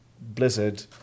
Blizzard